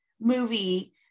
movie